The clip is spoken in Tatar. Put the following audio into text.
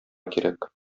кирәк